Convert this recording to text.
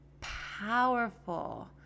powerful